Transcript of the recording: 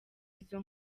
izo